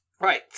right